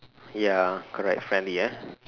ya correct finally ya